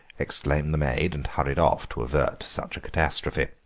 exclaimed the maid, and hurried off to avert such a catastrophe.